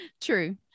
true